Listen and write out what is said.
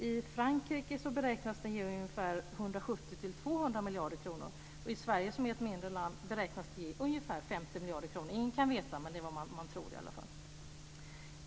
I Frankrike beräknas det ge ungefär 170-200 miljarder kronor. Och i Sverige, som är ett mindre land, beräknas det ge ungefär 50 miljarder kronor. Ingen kan veta, men det är vad man tror.